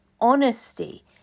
honesty